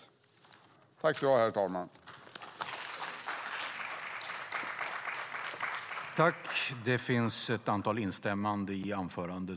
I detta anförande instämde Monica Green, Roza Güclü Hedin, Désirée Liljevall, Suzanne Svensson och Anders Ygeman .